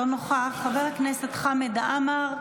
לא נוכח, חבר הכנסת חמד עמאר,